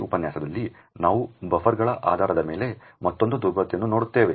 ಈ ಉಪನ್ಯಾಸದಲ್ಲಿ ನಾವು ಬಫರ್ಗಳ ಆಧಾರದ ಮೇಲೆ ಮತ್ತೊಂದು ದುರ್ಬಲತೆಯನ್ನು ನೋಡುತ್ತೇವೆ